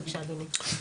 בבקשה אדוני.